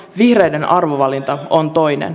vihreiden arvovalinta on toinen